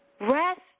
rest